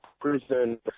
prison